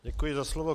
Děkuji za slovo.